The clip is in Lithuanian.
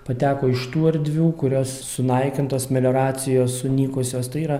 pateko iš tų erdvių kurios sunaikintos melioracijos sunykusios tai yra